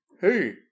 hey